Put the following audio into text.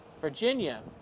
Virginia